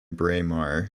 braemar